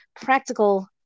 practical